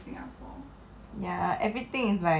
这种东西 hor must be politically right [one]